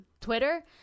Twitter